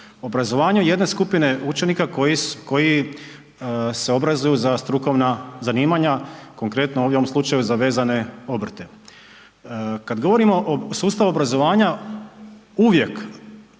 obrazovanju jedne skupine učenika koji se obrazuju za strukovna zanimanja, konkretno ovdje u ovom slučaju za vezane obrte. Kad govorimo o sustavu obrazovanja uvijek,